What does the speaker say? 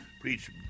preach